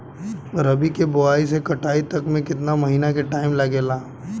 रबी के बोआइ से कटाई तक मे केतना महिना के टाइम लागेला?